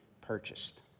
purchased